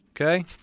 Okay